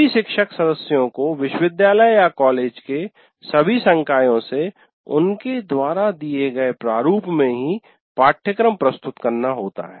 सभी शिक्षक सदस्यों को विश्वविद्यालय या कॉलेज के सभी संकायों से उनके द्वारा दिए गए प्रारूप में ही पाठ्यक्रम प्रस्तुत करना होता है